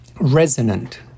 resonant